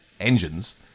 engines